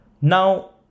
Now